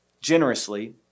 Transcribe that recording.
generously